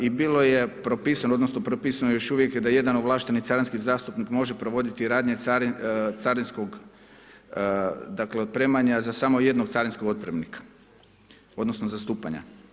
I bilo je propisano, odnosno propisano je još uvijek da jedan ovlašteni carinski zastupnik može provoditi radnje carinskog dakle otpremanja za samo jednog carinskog otpremnika, odnosno zastupanja.